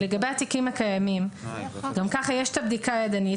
לגבי התיקים הקיימים, גם כך יש את הבדיקה הידנית.